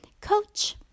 coach